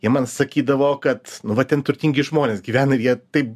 jie man sakydavo kad nu va ten turtingi žmonės gyvena jie taip